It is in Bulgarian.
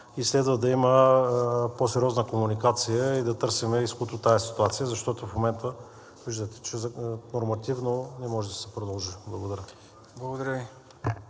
и следва да има по-сериозна комуникация и да търсим изход от тази ситуация, защото в момента виждате, че нормативно не може да се продължи. Благодаря.